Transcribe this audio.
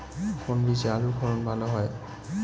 কোন বীজে আলুর ফলন ভালো হয়?